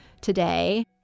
today